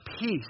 peace